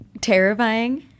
terrifying